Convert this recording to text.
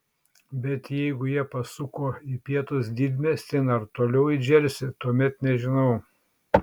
bet jeigu jie pasuko į pietus didmiestin ar toliau į džersį tuomet nežinau